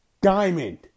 Diamond